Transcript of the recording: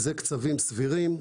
זה קצבים סבירים.